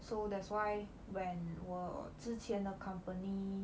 so that's why when 我之前的 company